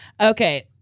Okay